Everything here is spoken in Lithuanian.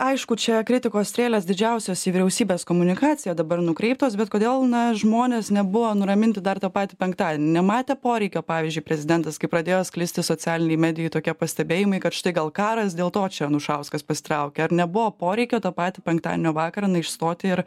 aišku čia kritikos strėlės didžiausios į vyriausybės komunikaciją dabar nukreiptos bet kodėl na žmonės nebuvo nuraminti dar tą patį penktadienį nematė poreikio pavyzdžiui prezidentas kai pradėjo sklisti socialiniai medijų tokie pastebėjimai kad štai gal karas dėl to čia anušauskas pasitraukė ar nebuvo poreikio tą patį penktadienio vakarą išstoti ir